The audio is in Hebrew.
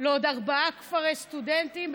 לעוד ארבעה כפרי סטודנטים,